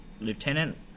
Lieutenant